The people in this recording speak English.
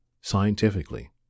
scientifically